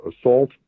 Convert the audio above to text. assault